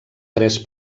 tres